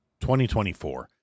2024